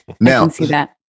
Now